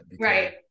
Right